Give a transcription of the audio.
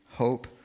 hope